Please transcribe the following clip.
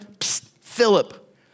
Philip